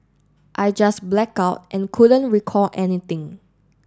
I just blacked out and couldn't recall anything